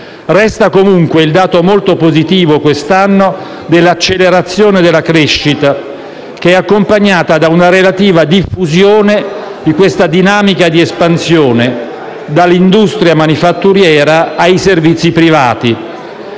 Resta comunque il dato molto positivo quest'anno dell'accelerazione della crescita, accompagnata da una relativa diffusione della dinamica di espansione, dall'industria manifatturiera ai servizi privati.